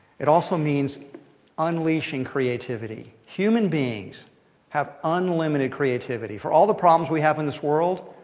it also means unleashing creativity. human beings have unlimited creativity. for all the problems we have in this world,